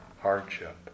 hardship